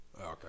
Okay